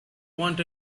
want